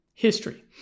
history